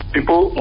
People